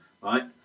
right